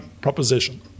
proposition